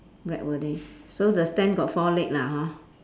black were they so the stand got four leg lah hor